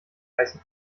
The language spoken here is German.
heißen